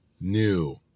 new